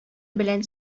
белән